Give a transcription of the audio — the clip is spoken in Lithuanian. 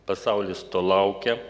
pasaulis to laukia